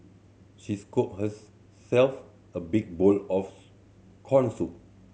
she scooped herself a big bowl of corn soup